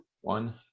One